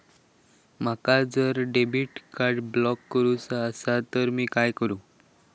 माका जर debit card block करूचा असला तर मी काय करू?